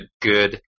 good